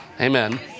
Amen